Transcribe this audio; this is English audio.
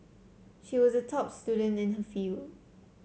she was a top student in her field